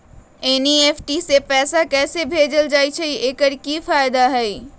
NEFT से पैसा कैसे भेजल जाइछइ? एकर की फायदा हई?